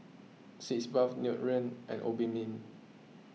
Sitz Bath Nutren and Obimin